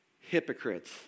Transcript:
hypocrites